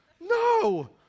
No